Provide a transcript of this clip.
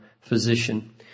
physician